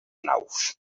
naus